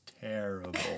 terrible